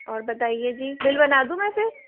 और बताइए जी बिल बना दूँ मैं फिर